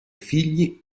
figli